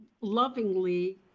lovingly